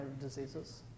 diseases